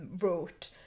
wrote